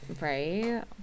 Right